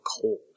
cold